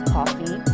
Coffee